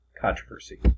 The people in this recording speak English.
controversy